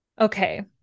Okay